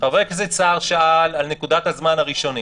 חבר הכנסת סער שאל על נקודת הזמן הראשונית,